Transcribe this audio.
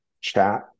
chat